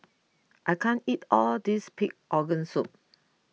I can't eat all of this Pig Organ Soup